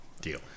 Deal